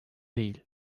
değil